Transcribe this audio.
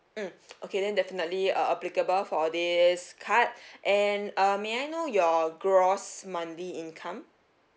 mm okay then definitely uh applicable for this card and uh may I know your gross monthly income